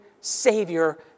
Savior